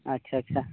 ᱟᱪᱪᱷᱟ ᱟᱪᱪᱷᱟ